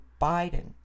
Biden